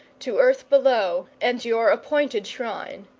to earth below and your appointed shrine.